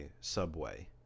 Subway